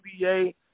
NBA